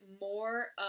more